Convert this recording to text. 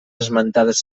esmentades